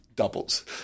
Doubles